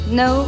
no